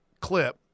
clip